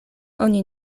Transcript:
oni